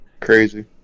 Crazy